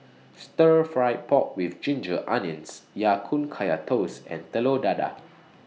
Stir Fried Pork with Ginger Onions Ya Kun Kaya Toast and Telur Dadah